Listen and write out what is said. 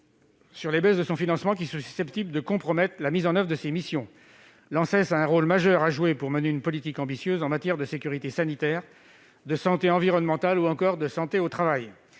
sur les baisses de son financement, susceptibles de compromettre la mise en oeuvre de ses missions. L'Anses a en effet un rôle majeur à jouer pour mener une politique ambitieuse en matière de sécurité sanitaire, de santé environnementale ou encore de santé au travail.